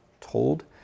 told